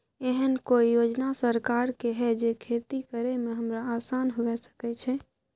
एहन कौय योजना सरकार के है जै खेती करे में हमरा आसान हुए सके छै?